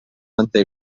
manté